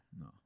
no